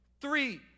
three